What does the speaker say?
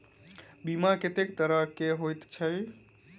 बीमा कत्तेक तरह कऽ होइत छी?